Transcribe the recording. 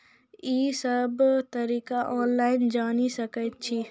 ई सब तरीका ऑनलाइन जानि सकैत छी?